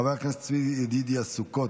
חבר הכנסת צבי ידידיה סוכות,